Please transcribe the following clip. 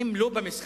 הם לא במשחק,